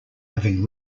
having